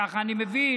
ככה אני מבין.